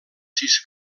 sis